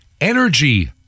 Energy